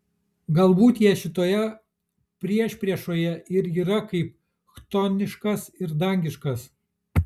galbūt jie šitoje priešpriešoje ir yra kaip chtoniškas ir dangiškas